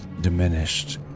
diminished